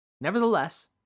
Nevertheless